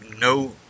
no